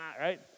right